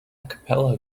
capella